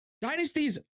Dynasties